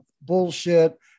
bullshit